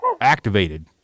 activated